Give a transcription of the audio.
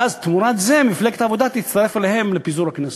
ואז תמורת זה מפלגת העבודה תצטרף אליהם לפיזור הכנסת.